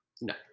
No